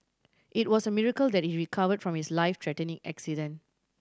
it was a miracle that he recovered from his life threatening accident